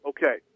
Okay